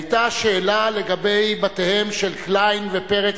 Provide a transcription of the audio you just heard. היתה שאלה לגבי בתיהם של קליין ופרץ,